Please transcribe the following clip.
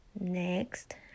next